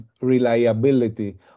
reliability